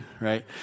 Right